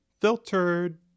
filtered